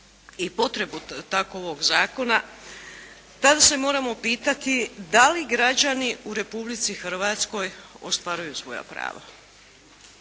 i potrebu takovog zakona tada se moramo pitati da li građani u Republici Hrvatskoj ostvaruju svoja prava.